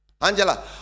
Angela